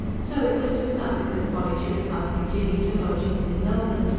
so it was decided that polly should accompany jinny to lodgings in melbourne,